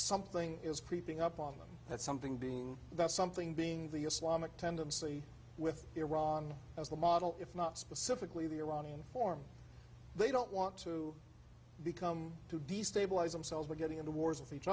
something is creeping up on them that something being that something being the islamic tendency with iran as the model if not specifically the iranian form they don't want to become to destabilize themselves were getting into wars with each